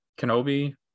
Kenobi